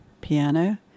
piano